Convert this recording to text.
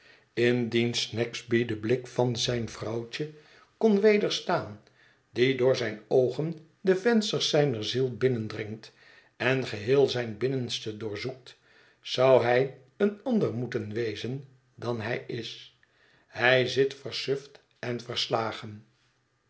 indien snagsby den blik van zijn vrouwtje kon wederstaan die door zijne oogen de vensters zijner ziel binnendringt en geheel zijn binnenste doorzoekt zou hij een ander moeten wezen dan hij is hij zit versuft en verslagen